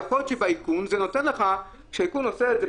יכול להיות שכשהאיכון עושה את זה,